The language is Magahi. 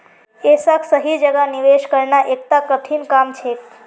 ऐसाक सही जगह निवेश करना एकता कठिन काम छेक